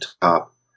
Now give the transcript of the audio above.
top